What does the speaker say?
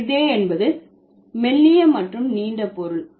லிதே என்பது மெல்லிய மற்றும் நீண்ட பொருள்